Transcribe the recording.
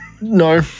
No